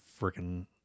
Freaking